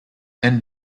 and